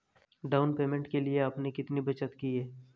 Down payment के लिए आपने कितनी बचत की है?